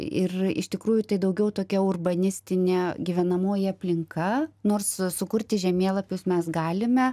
ir iš tikrųjų tai daugiau tokia urbanistinė gyvenamoji aplinka nors sukurti žemėlapius mes galime